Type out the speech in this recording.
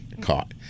caught